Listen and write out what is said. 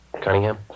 Cunningham